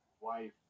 Wife